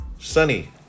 sunny